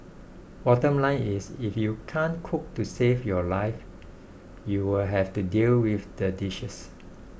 bottom line is if you can't cook to save your life you'll have to deal with the dishes